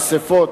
אספות,